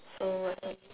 so what's next